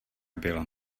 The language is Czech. bylo